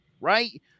Right